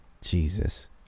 Jesus